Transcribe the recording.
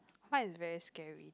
what is very scary